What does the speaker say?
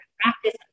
practice